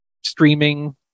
streaming